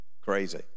Crazy